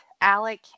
Alec